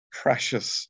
precious